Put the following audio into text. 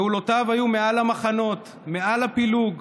פעולותיו היו מעל המחנות, מעל הפילוג,